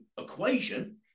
equation